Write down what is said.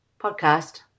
podcast